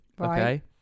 Okay